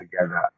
together